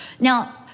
Now